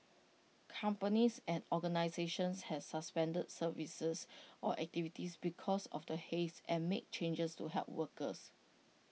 companies and organisations has suspended services or activities because of the haze and made changes to help workers